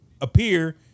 appear